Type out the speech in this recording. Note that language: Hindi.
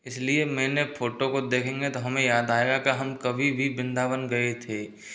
इसलिए मैंने फोटो को देखेंगे तो हमें याद आएगा कि हम कभी भी वृंदावन गए थे